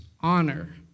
honor